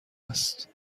است